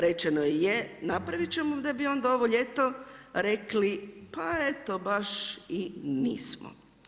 Rečeno je, napraviti ćemo, da bi onda ovo ljeto rekli pa eto, baš i nismo.